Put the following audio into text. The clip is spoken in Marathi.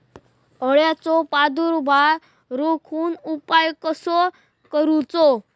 अळ्यांचो प्रादुर्भाव रोखुक उपाय कसो करूचो?